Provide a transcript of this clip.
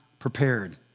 prepared